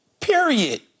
period